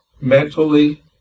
mentally